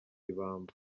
ibamba